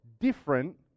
different